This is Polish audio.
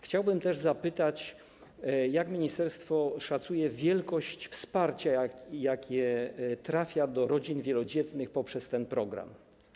Chciałbym też zapytać, na ile ministerstwo szacuje wielkość wsparcia, jakie trafia do rodzin wielodzietnych poprzez ten program.